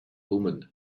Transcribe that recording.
omen